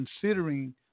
considering